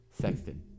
Sexton